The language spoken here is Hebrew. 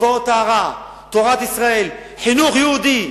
מקוואות טהרה, תורת ישראל, חינוך יהודי,